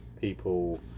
people